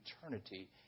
eternity